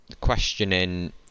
questioning